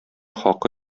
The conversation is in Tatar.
хакы